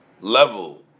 level